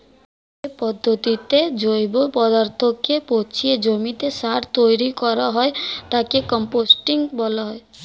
যে পদ্ধতিতে জৈব পদার্থকে পচিয়ে জমিতে সার তৈরি করা হয় তাকে কম্পোস্টিং বলা হয়